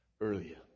earlier